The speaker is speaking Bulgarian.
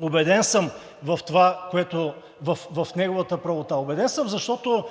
убеден съм в неговата правота. Убеден съм, защото